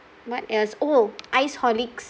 what else oh ice horlicks